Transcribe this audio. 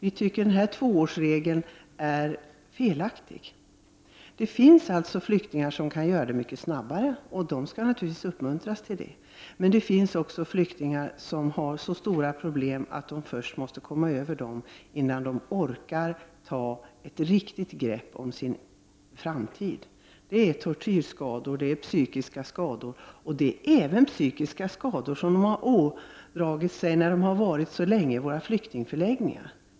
Vi tycker att den nuvarande tvåårsregeln är felaktig. Det finns flyktingar som kan lära sig svenska mycket snabbare, och de skall naturligtvis uppmuntras till det. Men det finns också flyktingar som har så stora problem att de först måste komma över dem, innan de orkar att ta ett riktigt grepp över sin framtid. Det kan vara fråga om tortyrskador och psykiska skador — även psykiska skador som de har ådragit sig när de har vistats länge i flyktingförläggningarna.